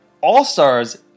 All-stars